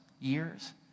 years